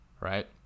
right